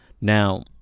now